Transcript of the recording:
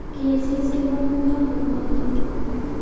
KCC loan का होब हइ?